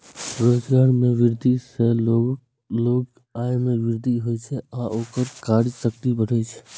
रोजगार मे वृद्धि सं लोगक आय मे वृद्धि होइ छै आ ओकर क्रय शक्ति बढ़ै छै